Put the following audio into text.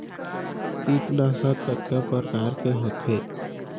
कीटनाशक कतका प्रकार के होथे?